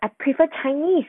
I prefer chinese